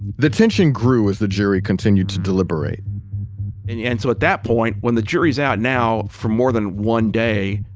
the tension grew as the jury continued to deliberate and and so at that point, when the jury's out now for more than one day,